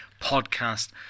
podcast